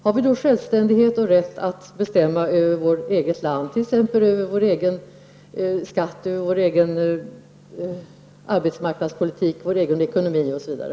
Får vi då självständighet och rätt att bestämma över vårt eget land, t.ex. över våra skatter, vår arbetsmarknadspolitik, vår ekonomi osv.?